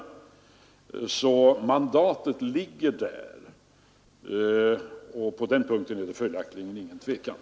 Ett sådant mandat har utredningen; på den punkten råder inget tvivel.